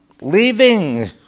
leaving